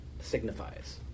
signifies